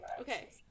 okay